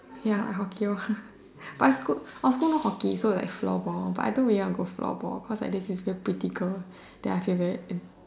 ya like hockey hor but but our school no hockey like floor ball but I don't really want to go floor ball because there was this thin very pretty girl then I feel very